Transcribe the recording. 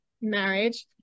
marriage